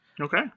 Okay